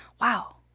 Wow